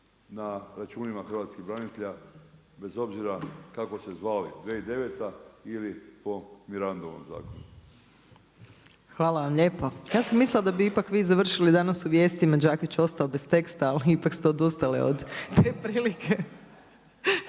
na računa hrvatskih branitelja bez obzira kako se zvali, 2009. ili po Mirandovom zakonu. **Opačić, Milanka (SDP)** Hvala vam lijepa. Ja sam mislila da bi ipak vi završili danas u vijestima „ Đakić ostao bez teksta “ ali ipak ste odustali od te prilike.